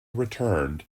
returned